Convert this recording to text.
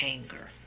anger